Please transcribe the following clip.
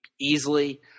easily